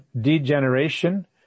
degeneration